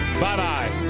bye-bye